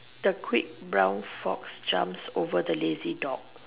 the quick brown fox jumps over the lazy dog